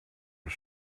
was